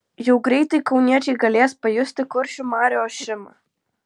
jau greitai kauniečiai galės pajusti kuršių marių ošimą